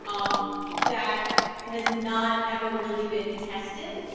um that has not ever really been tested.